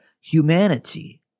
humanity